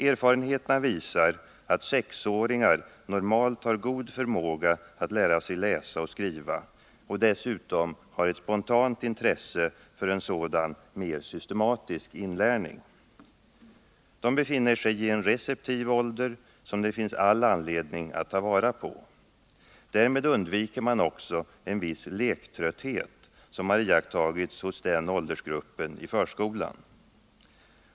Erfarenheterna visar att sexåringar normalt har god förmåga att lära sig läsa och skriva och dessutom har ett spontant intresse för en sådan, mer systematisk inlärning. De befinner sig i en receptiv ålder, som det finns all anledning ta vara på. Därmed undviker man också en viss ”lektrötthet”, som har iakttagits hos den åldersgruppen i förskolan.